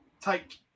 take